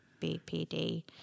BPD